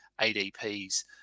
ADPs